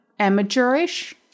amateurish